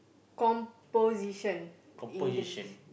composition English